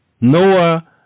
Noah